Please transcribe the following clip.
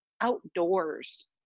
outdoors